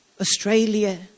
Australia